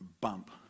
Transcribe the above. bump